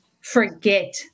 forget